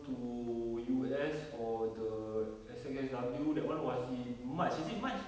to U_S for the S_Z_S_W that one was in march is it march